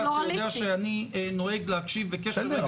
אתה יודע שאני נוהג להקשיב בקשב רב לדבריך -- בסדר,